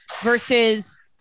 versus